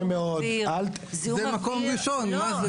זה מקום ראשון, מה זה?